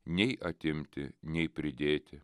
nei atimti nei pridėti